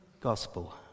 gospel